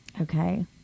okay